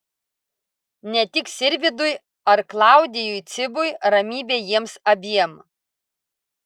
ne tik sirvydui ar klaudijui cibui ramybė jiems abiem